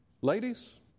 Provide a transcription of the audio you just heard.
ladies